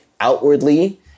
outwardly